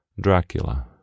Dracula